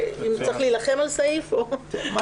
בסדר.